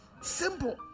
Simple